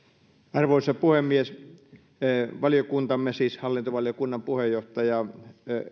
arvoisa puhemies valiokuntamme hallintovaliokunnan puheenjohtaja